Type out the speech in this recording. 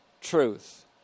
truth